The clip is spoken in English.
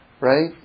right